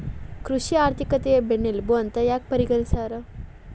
ಕೃಷಿನ ಆರ್ಥಿಕತೆಯ ಬೆನ್ನೆಲುಬು ಅಂತ ಯಾಕ ಪರಿಗಣಿಸ್ಯಾರ?